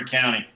County